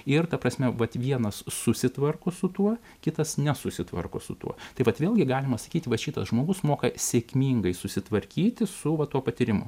ir ta prasme vat vienas susitvarko su tuo kitas nesusitvarko su tuo taip vat vėlgi galima sakyti va šitas žmogus moka sėkmingai susitvarkyti su va tuo patyrimu